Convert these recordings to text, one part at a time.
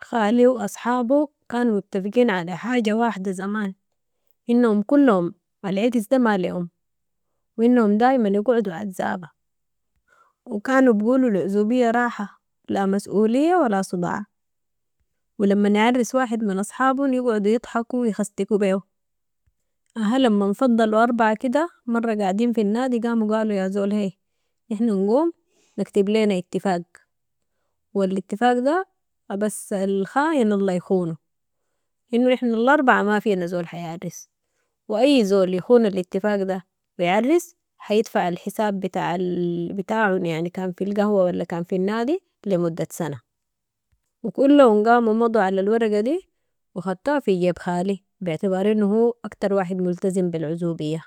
خالي و اصحابو كانوا متفقين على حاجة واحدة زمان، انهم كلهم العرس ده ما ليهم، و انهم دايما يقعدوا عزابة و كانوا بقولوا العزوبية راحة لا مسؤلية ولا صداع ولمن يعرس واحد من اصحابهم يقعدوا يضحكوا و يخستكوا بيهو. اها لما فضلوا اربعة كدا مرة قاعدين في النادي قاموا قالوا يا زول هي، نحن نقوم نكتب لينا اتفاق و الاتفاق ده بس الخاين الله يخونو انو نحن الاربعة مافينا زول حيعرس و اي زول يخون الاتفاق ده و يعرس حيدفع الحساب بتاعهم كان في القهوة ولا كان في النادي لمدة سنة، و كلهم قاموا مضوا على الورقة دي و ختوها في جيب خالي بعتبار انو هو اكتر واحد ملتزم بالعزوبية.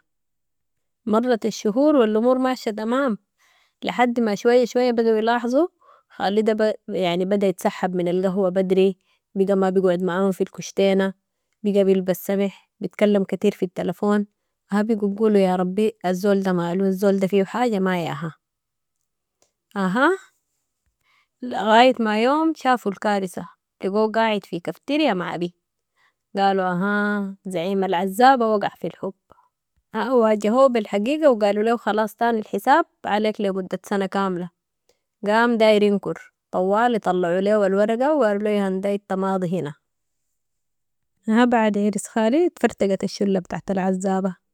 مرت الشهور و الامور ماشة تمام لحدي ما شوية شوية بدوا يلاحظوا خالي ده - يعني بدا يتسحب من القهوة بدري بقى ما بقعد معاهم في الكشتينة، بقى بلبس سمح، بتكلم كتير في التلفون، اها بقوا يقولوا يا ربي الزول ده مالو الزول ده فيهو حاجة ما ياها. اها لغايت ما يوم شافوا الكارثة، لقوهو قاعد في كفترا مع بت. قالوا اها زعيم العزابة وقع في الحب. اها واجهو بالحقيقة و قالوا ليهو خلاص تاني الحساب عليك لي مدة سنة كاملة. قام داير ينكر طوالي طلعوا ليهو الورقة وقالو ليهو ياهندا انت ماضي هنا، اها بعد عرس خالي اتفرتقت الشلة بتاعة العزابة